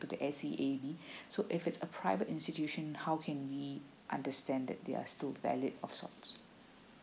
to the A_C_A_E so if it's a private institution how can we understand that they are still valid or so on